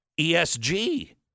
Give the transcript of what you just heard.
ESG